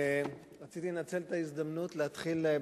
רציתי לנצל את ההזדמנות להתחיל בציטוט,